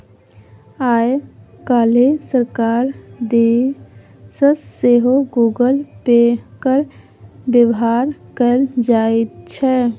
आय काल्हि सरकार दिस सँ सेहो गूगल पे केर बेबहार कएल जाइत छै